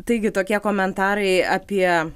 taigi tokie komentarai apie